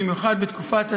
במיוחד בתקופת הטירונות,